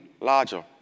larger